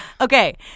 Okay